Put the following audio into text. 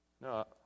No